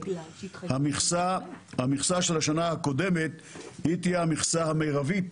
המכסה של השנה הקודמת תהיה המכסה המרבית